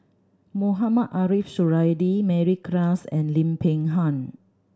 Mohamed Ariff Suradi Mary Klass and Lim Peng Han